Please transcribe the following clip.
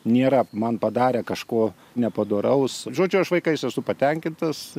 nėra man padarę kažko nepadoraus žodžiu aš vaikais esu patenkintas